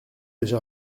déjà